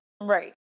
right